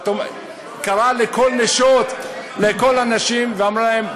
קראה לכל הנשים ואמרה להן,